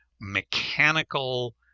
mechanical